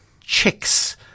Chicks